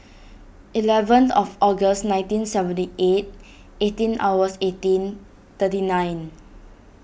eleven of August nineteen seventy eight eighteen hours eighteen thirty nine